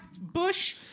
bush